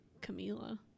Camila